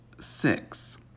six